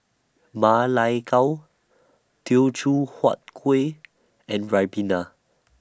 Ma Lai Gao Teochew Huat Kueh and Ribena